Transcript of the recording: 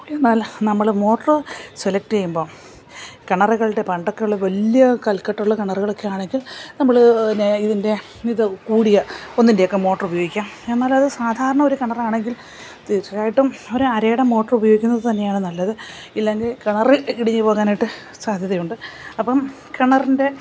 ഒരു നല്ല നമ്മൾ മോട്ടോർ സെലക്ട് ചെയ്യുമ്പോൾ കിണറുകളുടെ പണ്ടെോക്കെയുള്ള വലിയ കൽക്കെട്ടുള്ള കിണറുകളൊക്കെ ആണെങ്കിൽ നമ്മൾ പിന്നെ ഇതിൻ്റെ ഇത് കൂടിയ ഒന്നിൻ്റെയൊക്കെ മോട്ടറുപയോഗിക്കാം എന്നാലും അത് സാധാരണ ഒരു കിണറാണെങ്കിൽ തീർച്ചയായിട്ടും ഒരരയുടെ മോട്ടറുപയോഗിക്കുന്നത് തന്നെയാണ് നല്ലത് ഇല്ലെങ്കിൽ കിണർ ഇടിഞ്ഞു പോകുന്നതിനെക്കാട്ടിയും സാധ്യതയുണ്ട് അപ്പം കിണറിൻ്റെ